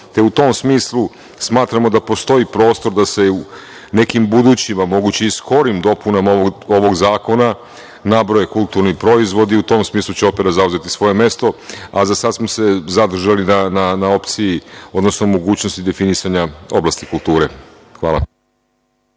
tom smislu smatramo da postoji prostor da se u nekim budućim, a moguće i skorijim dopunama ovog zakona nabroje kulturni proizvodi, e u tom smislu će opera zauzeti svoje mesto, a za sad smo se zadržali na opciji, odnosno na mogućnosti definisanja oblasti kulture. Hvala.